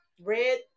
Red